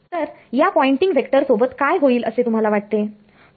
तर या Poynting vector सोबत काय होईल असे तुम्हाला वाटते